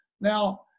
Now